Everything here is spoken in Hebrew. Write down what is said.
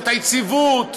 את היציבות,